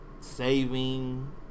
Saving